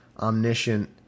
omniscient